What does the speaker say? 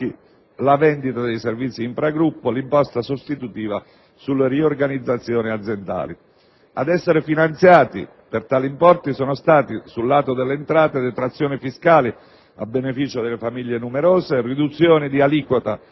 la vendita dei servizi infragruppo, l'imposta sostitutiva sulle riorganizzazioni aziendali. Ad essere finanziati per tali importi sono stati, sul lato delle entrate, detrazioni fiscali a beneficio delle famiglie numerose, riduzioni di aliquota